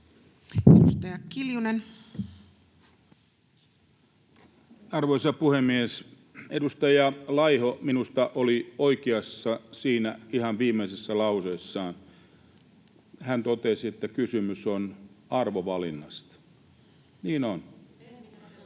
Edustaja Kiljunen. Arvoisa puhemies! Edustaja Laiho minusta oli oikeassa siinä ihan viimeisessä lauseessaan. Hän totesi, että kysymys on arvovalinnasta. Niin on.